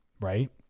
right